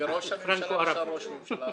וראש הממשלה נשאר ראש הממשלה,